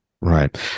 Right